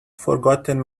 forgotten